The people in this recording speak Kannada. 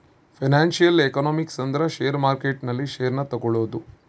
ಫೈನಾನ್ಸಿಯಲ್ ಎಕನಾಮಿಕ್ಸ್ ಅಂದ್ರ ಷೇರು ಮಾರ್ಕೆಟ್ ನಲ್ಲಿ ಷೇರ್ ನ ತಗೋಳೋದು